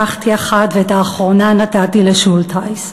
לקחתי אחת ואת האחרונה נתתי לשולטהייס.